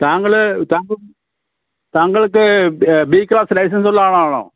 താങ്കള് താ താങ്കൾക്ക് ബി ക്ലാസ് ലൈസൻസുള്ള ആളാണോ